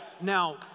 Now